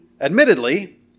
Admittedly